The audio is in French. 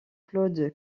claude